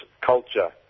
culture